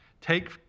Take